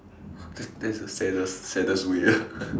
that that's the saddest saddest way ah